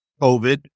COVID